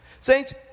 Saints